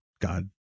God